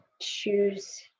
choose